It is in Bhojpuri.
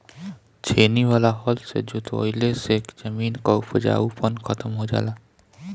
छेनी वाला हल से जोतवईले से जमीन कअ उपजाऊपन खतम हो जाला